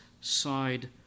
side